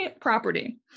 property